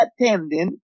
attending